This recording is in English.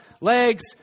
legs